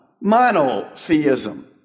monotheism